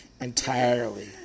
entirely